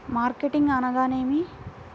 Marketing అనగానేమి?